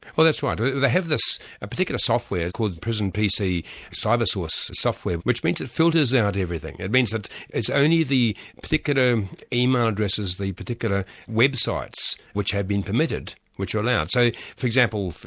well that's right. they have this particular software called prison pc cybersource software, which means it filters out everything. it means that it's only the particular email addresses, the particular websites which have been permitted, which are allowed. so for example,